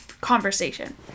conversation